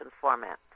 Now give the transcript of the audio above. format